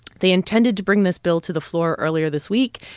they intended to bring this bill to the floor earlier this week.